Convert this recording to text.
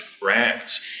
brands